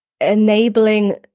enabling